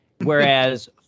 Whereas